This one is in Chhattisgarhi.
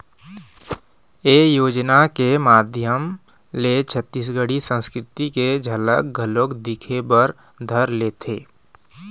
ए योजना के माधियम ले छत्तीसगढ़ी संस्कृति के झलक घलोक दिखे बर धर लेथे